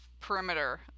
perimeter